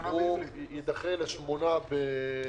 הוא יידחה ל-8 ביולי.